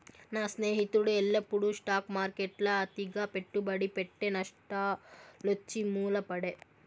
నా స్నేహితుడు ఎల్లప్పుడూ స్టాక్ మార్కెట్ల అతిగా పెట్టుబడి పెట్టె, నష్టాలొచ్చి మూల పడే